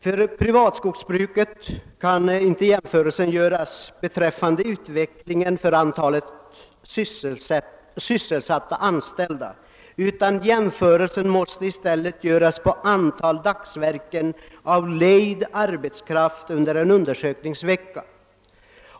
För privatskogsbruket kan inte jämförelsen baseras på utvecklingen av antalet sysselsatta anställda, utan jämförelsen måste avse antalet dagsverken av lejd arbetskraft under en undersökningsvecka.